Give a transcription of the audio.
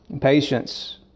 patience